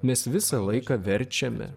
mes visą laiką verčiame